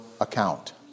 account